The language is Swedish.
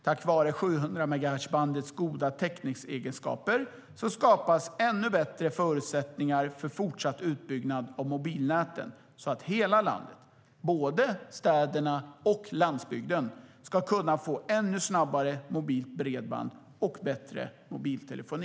Tack vare 700-megahertzbandets goda täckningsegenskaper skapas ännu bättre förutsättningar för fortsatt utbyggnad av mobilnäten, så att hela landet, både städerna och landsbygden, ska kunna få ännu snabbare mobilt bredband och bättre mobiltelefoni.